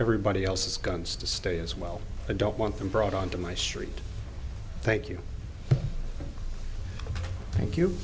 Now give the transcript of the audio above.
everybody else's guns to stay as well i don't want them brought on to my street thank you thank